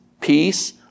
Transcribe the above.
peace